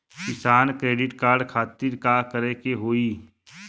किसान credit card खातिर का करे के होई?